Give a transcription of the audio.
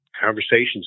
conversations